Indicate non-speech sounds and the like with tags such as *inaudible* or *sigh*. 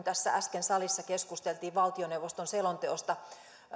*unintelligible* tässä äsken salissa keskusteltiin valtioneuvoston selonteosta